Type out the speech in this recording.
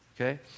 Okay